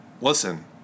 Listen